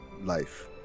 life